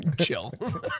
Chill